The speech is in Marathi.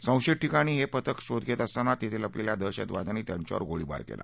संशयित ठिकाणी हे पथक शोध घेत असताना तिथं लपलेल्या दहशतवाद्यांनी त्यांच्यावर गोळीबार केला